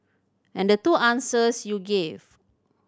and the two answers you gave